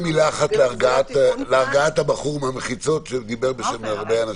לאפשר מילה אחת כדי להרגיע את הבחור מהמחיצות שדיבר בשם הרבה אנשים.